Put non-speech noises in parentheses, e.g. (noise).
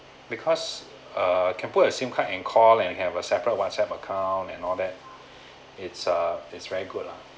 because err can put a SIM card and call and have a separate whatsapp account and all that (breath) it's uh it's very good lah